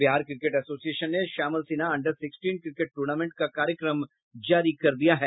Bihar cricket association ने Shyamal Sinha under sixteen cricket tournament का कार्यक्रम जारी कर दिया है